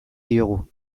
diogu